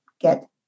get